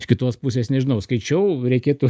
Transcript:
iš kitos pusės nežinau skaičiau reikėtų